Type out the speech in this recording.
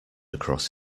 across